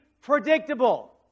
predictable